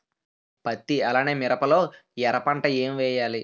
పత్తి అలానే మిరప లో ఎర పంట ఏం వేయాలి?